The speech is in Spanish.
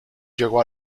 llegó